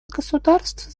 государств